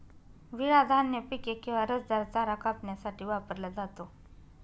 विळा धान्य पिके किंवा रसदार चारा कापण्यासाठी वापरला जातो